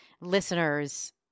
listeners